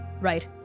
right